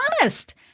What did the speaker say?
honest